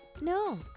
No